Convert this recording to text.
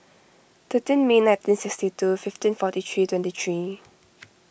thirteen May nineteen sixty two fifteen forty five twenty three